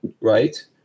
right